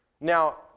Now